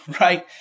right